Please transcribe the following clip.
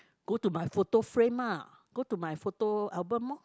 go to my photo frame mah go to my photo album loh